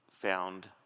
found